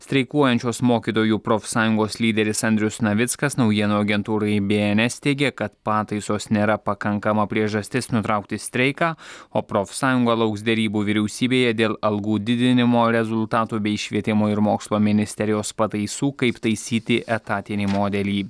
streikuojančios mokytojų profsąjungos lyderis andrius navickas naujienų agentūrai bns teigė kad pataisos nėra pakankama priežastis nutraukti streiką o profsąjunga lauks derybų vyriausybėje dėl algų didinimo rezultatų bei švietimo ir mokslo ministerijos pataisų kaip taisyti etatinį modelį